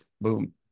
boom